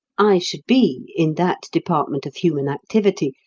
i should be, in that department of human activity,